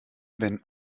wenn